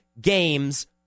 games